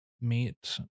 meet